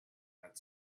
had